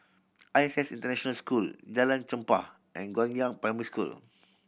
I S S International School Jalan Chempah and Guangyang Primary School